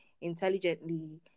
intelligently